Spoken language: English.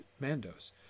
Mando's